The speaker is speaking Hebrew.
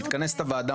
מתכנסת הוועדה,